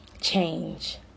Change